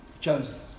Chosen